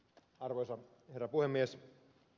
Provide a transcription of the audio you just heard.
arvoisa herra puhemies